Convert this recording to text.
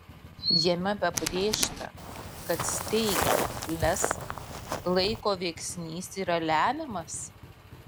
jame pabrėžta kad steigiant lez laiko veiksnys yra lemiamas